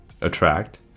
attract